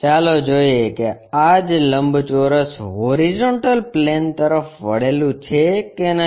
ચાલો જોઈએ કે આ જ લંબચોરસ હોરીઝોન્ટલ પ્લેન તરફ વળેલું છે કે નહીં